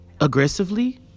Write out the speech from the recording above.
aggressively